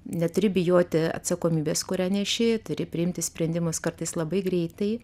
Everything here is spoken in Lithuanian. neturi bijoti atsakomybės kurią neši turi priimti sprendimus kartais labai greitai